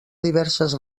diverses